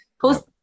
post